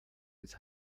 des